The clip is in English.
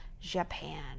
Japan